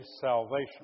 salvation